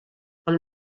ond